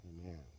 Amen